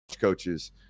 coaches